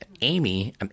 amy